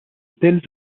tels